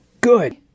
good